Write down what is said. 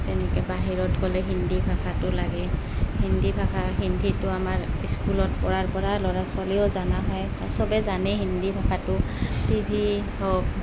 তেনেকৈ বাহিৰত গ'লে হিন্দী ভাষাটো লাগে হিন্দী ভাষা হিন্দীটো আমাৰ স্কুলত পঢ়াৰ পৰা ল'ৰা ছোৱালীয়েও জানা হয় চবে জানেই হিন্দী ভাষাটো টিভি হওক